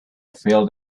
feel